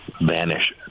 vanish